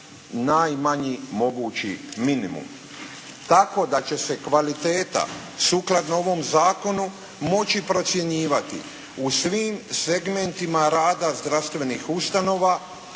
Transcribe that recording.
najmanji mogući minimum tako da će se kvaliteta sukladno ovom Zakonu moći procjenjivati u svim segmentima rada zdravstvenih ustanova